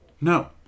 No